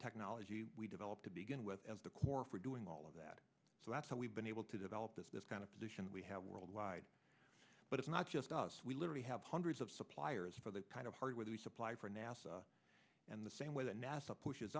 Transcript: technology we developed to begin with the core for doing all of that so that's how we've been able to develop this this kind of position we have worldwide but it's not just us we literally have hundreds of suppliers for that kind of hardware we supply for nasa and the same way that nasa pushes